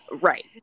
right